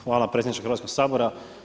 Hvala predsjedniče Hrvatskoga sabora.